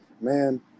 Man